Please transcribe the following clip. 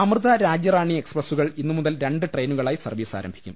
അമൃത രാജ്യറാണി എക്സ്പ്രസുകൾ ഇന്നുമുതൽ രണ്ട് ട്രെയി നുകളായി സർവീസ് ആരംഭിക്കും